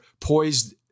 poised